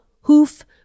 hoof